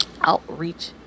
Outreach